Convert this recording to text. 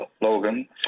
Logan